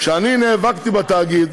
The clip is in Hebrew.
כשאני נאבקתי בתאגיד,